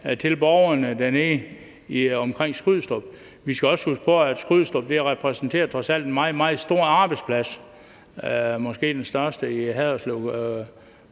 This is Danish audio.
til borgerne dernede omkring Skrydstrup. Men vi skal også huske på, at Skrydstrup trods alt repræsenterer en meget, meget stor arbejdsplads – måske den største i Haderslev